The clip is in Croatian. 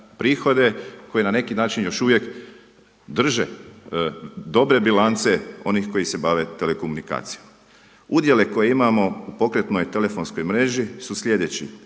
prihode koji na neki način još uvijek drže dobre bilance onih koji se bave telekomunikacijom. Udjele koje imamo u pokretnoj telefonskoj mreži su sljedeći: